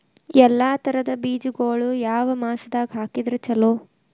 ಎಲ್ಲಾ ತರದ ಬೇಜಗೊಳು ಯಾವ ಮಾಸದಾಗ್ ಹಾಕಿದ್ರ ಛಲೋ?